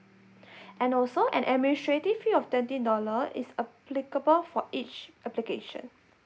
and also an administrative fee of twenty dollar is applicable for each application